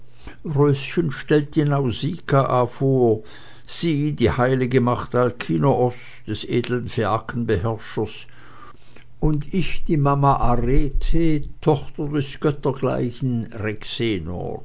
röschen stellt die nausikaa vor sie die heilige macht alkinoos des edlen phäakenbeherrschers und ich die mama arete tochter des